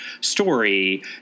story